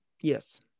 Yes